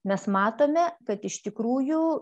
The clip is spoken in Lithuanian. mes matome kad iš tikrųjų